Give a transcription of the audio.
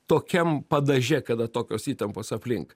tokiam padaže kada tokios įtampos aplink